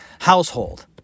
household